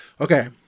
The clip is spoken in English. okay